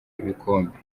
ibikombe